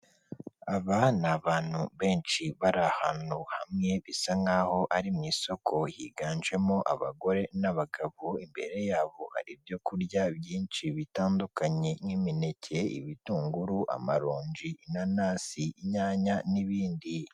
Aba ni abantu benshi bari ahantu hamwe bisa nk'aho ari mu isoko higanjemo abagore n'abagabo imbere yabo hari ibyo kurya byinshi bitandukanye nk'imineke ibitunguru amaronji inanasi inyanya n'ibindi.